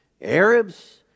Arabs